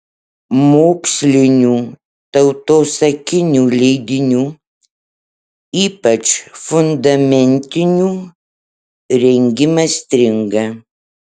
mokslinių tautosakinių leidinių ypač fundamentinių rengimas stringa